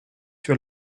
sur